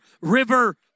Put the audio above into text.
river